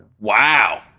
Wow